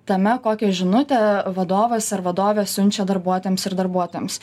tame kokią žinutę vadovas ar vadovė siunčia darbuotojams ir darbuotojoms